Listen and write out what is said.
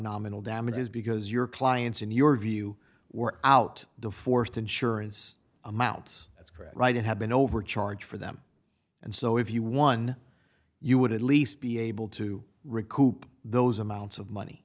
nominal damages because your clients in your view were out the forced insurance amounts that's correct right it had been overcharged for them and so if you won you would at least be able to recoup those amounts of money